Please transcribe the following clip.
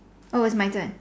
oh it's my turn